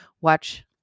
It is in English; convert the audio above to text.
watch